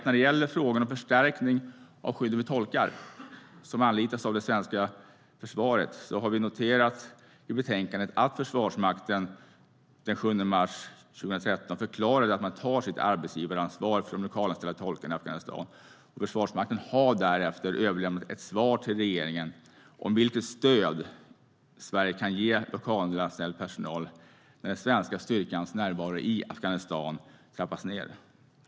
När det gäller frågan om förstärkning av skyddet för tolkar som anlitas av den svenska försvarsmakten noterar vi i betänkandet att Försvarsmakten den 7 mars 2013 förklarade att man tar sitt arbetsgivaransvar för de lokalanställda tolkarna i Afghanistan. Försvarsmakten har därefter överlämnat ett svar till regeringen om vilket stöd Sverige kan ge lokalanställd personal när den svenska styrkans närvaro i Afghanistan trappas ned.